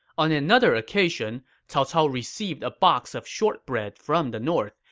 on another occasion, cao cao received a box of shortbread from the north,